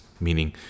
meaning